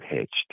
pitched